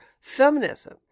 Feminism